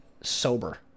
sober